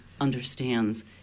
understands